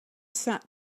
sat